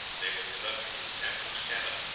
they were conducted to the captain's cabin.